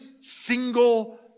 single